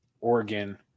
Oregon